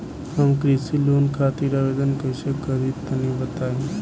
हम कृषि लोन खातिर आवेदन कइसे करि तनि बताई?